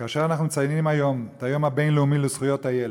כאשר אנחנו מציינים היום את היום הבין-לאומי לזכויות הילד,